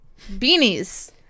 Beanies